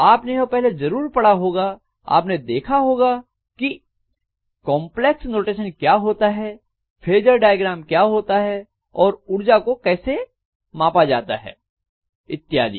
आपने यह पहले जरूर पढ़ा होगा आपने देखा होगा की कॉम्प्लेक्स नोटेशन क्या होता है फेजर डायग्राम क्या होता है और ऊर्जा को कैसे मापा जाता है इत्यादि